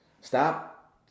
stop